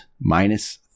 minus